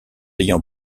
ayant